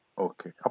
Okay